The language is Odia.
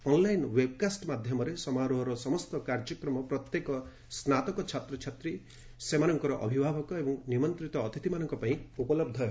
ଅନ୍ଲାଇନ୍ ୱେବ୍ କାଷ୍ଟ ମାଧ୍ୟମରେ ସମାରୋହର ସମସ୍ତ କାର୍ଯ୍ୟକ୍ରମ ପ୍ରତ୍ୟେକ ସ୍ନାତକ ଛାତ୍ରଛାତ୍ରୀ ସେମାନଙ୍କର ଅଭିଭାବକ ଏବଂ ନିମନ୍ତିତ ଅତିଥିମାନଙ୍କ ପାଇଁ ଉପଲହ୍ଧ ହେବ